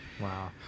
Wow